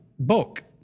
book